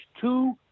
two